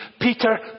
Peter